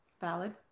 Valid